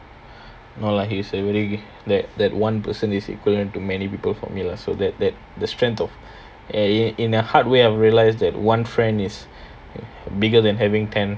no lah he is a really that that one person is equivalent to many people for me lah so that that the strength in the hard way I realised that one friend is bigger than having ten